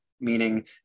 meaning